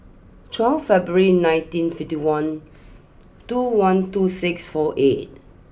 twelve February nineteen fifty one two one two six four eight